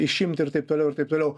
išimti ir taip toliau ir taip toliau